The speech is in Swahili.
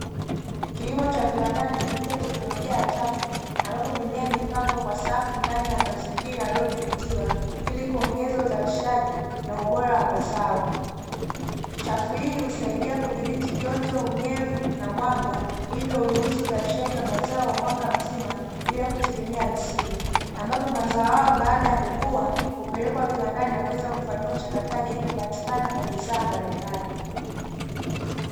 Kilimo cha viwandani kupitia teknolojia ya chafu ambapo mimea imepangwa kwa safu ndani ya mazingira yaliyodhibitiwa ili kuongeza uzalishaji na ubora wa mazao. Chafu hii husaidia kudhibiti joto, unyevu na mwanga, hivyo huruhusu uzalishaji wa mazao wa mwaka mzima bila kutegemea msimu, ambapo mazao hayo baada ya kukua hupelekwa viwandani na kuweza kufanyiwa uchakataji ili kupatikana kwa bidhaa mbalimbali.